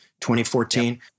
2014